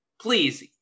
please